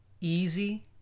easy